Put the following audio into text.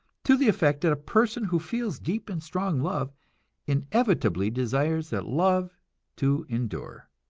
to the effect that a person who feels deep and strong love inevitably desires that love to endure,